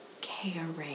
caring